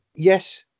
Yes